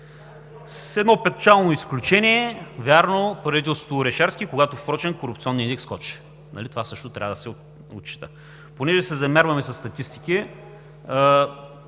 С едно печално изключение, вярно, правителството на Орешарски, когато впрочем корупционният индекс скочи. Това също трябва да се отчете. Понеже се замерваме със статистики,